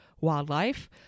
wildlife